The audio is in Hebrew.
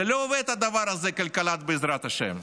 זה לא עובד, הדבר הזה, כלכלת בעזרת השם,